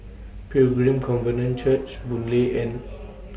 Pilgrim Covenant Church Boon Lay and